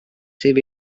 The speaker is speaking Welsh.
sydd